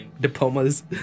diplomas